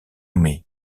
nommés